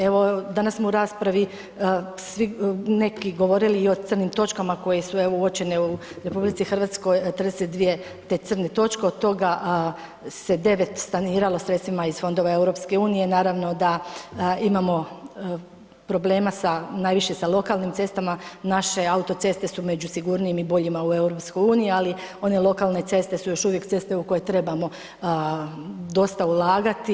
Evo danas smo u raspravi, svi, neki govorili i o crnim točkama koje su evo uočene u RH 32 te crne točke od toga se 9 saniralo sredstvima iz fondova EU, naravno da imamo problema najviše sa lokalnim cestama, naše autoceste su među sigurnijima i boljima u EU, ali one lokalne ceste su još uvijek ceste u koje trebamo dosta ulagati.